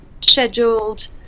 scheduled